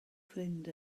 ffrind